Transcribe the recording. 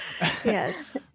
yes